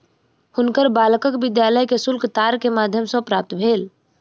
हुनकर बालकक विद्यालय के शुल्क तार के माध्यम सॅ प्राप्त भेल